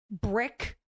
brick